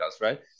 right